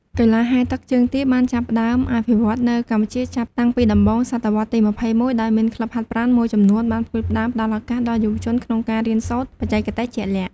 កីឡាហែលទឹកជើងទាបានចាប់ផ្ដើមអភិវឌ្ឍនៅកម្ពុជាចាប់តាំងពីដំបូងសតវត្សរ៍ទី ២១ ដោយមានក្លឹបហាត់ប្រាណមួយចំនួនបានផ្ដួចផ្ដើមផ្តល់ឱកាសដល់យុវជនក្នុងការរៀនសូត្របច្ចេកទេសជាក់លាក់។